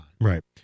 Right